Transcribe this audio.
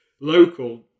Local